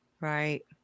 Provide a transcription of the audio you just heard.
right